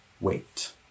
wait